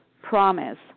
promise